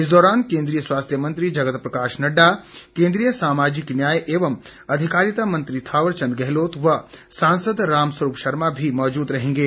इस दौरान केंद्रीय स्वास्थ्य मंत्री जगत प्रकाश नड्डा केंद्रीय सामाजिक न्याय एवं अधिकारिता मंत्री थावरचंद गहलोत व सांसद रामस्वरूप शर्मा भी मौजूद रहेंगे